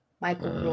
Michael